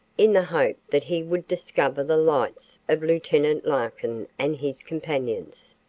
in the hope that he would discover the lights of lieutenant larkin and his companions.